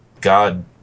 god